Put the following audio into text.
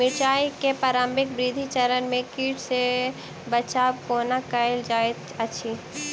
मिर्चाय केँ प्रारंभिक वृद्धि चरण मे कीट सँ बचाब कोना कैल जाइत अछि?